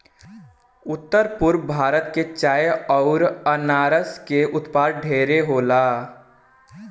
उत्तर पूरब भारत में चाय अउर अनारस के उत्पाद ढेरे होला